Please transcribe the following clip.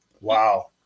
wow